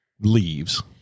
leaves